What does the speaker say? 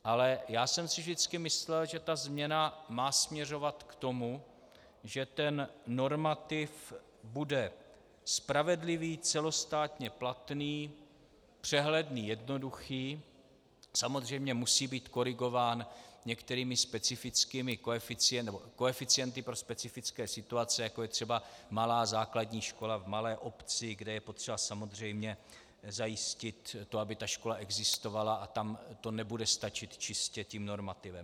Ale já jsem si vždycky myslel, že ta změna má směřovat k tomu, že normativ bude spravedlivý, celostátně platný, přehledný, jednoduchý, samozřejmě musí být korigován některými koeficienty pro specifické situace, jako je třeba malá základní škola v malé obci, kde je potřeba samozřejmě zajistit to, aby ta škola existovala, a tam to nebude stačit čistě tím normativem.